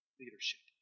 leadership